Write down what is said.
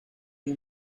you